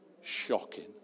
Shocking